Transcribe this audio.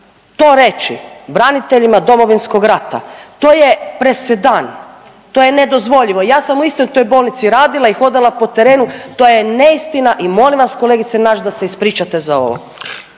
To reći braniteljima Domovinskog rata, to je presedan, to je nedozvoljivo. Ja sam u istoj toj bolnici radila i hodala po terenu, to je neistina i molim vas kolegice Nađ da se ispričate za ovo.